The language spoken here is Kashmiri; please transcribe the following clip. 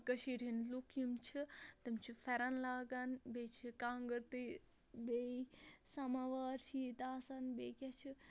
کٔشیٖرِ ہٕنٛدۍ لُکھ یِم چھِ تِم چھِ پھٮ۪رن لاگان بیٚیہِ چھِ کانٛگٕر تہِ بیٚیہِ سَماوار چھِ ییٚتہِ آسان بیٚیہِ کیٛاہ چھِ